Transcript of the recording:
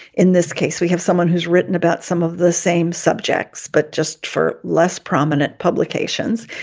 in this case, we have someone who's written about some of the same subjects, but just for less prominent publications.